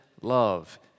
love